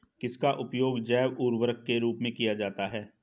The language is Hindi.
किसका उपयोग जैव उर्वरक के रूप में किया जाता है?